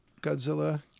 Godzilla